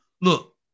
look